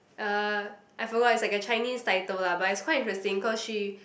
uh I forgot it's like a Chinese title lah but it's quite interesting cause she